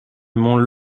mont